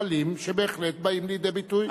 סמלים שבהחלט באים לידי ביטוי,